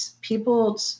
people